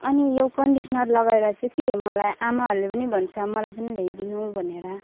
अनि यो कन्डिसनर लगाएर चाहिँ के मलाई आमाहरूले पनि भन्छ मलाई पनि ल्याइदिनु भनेर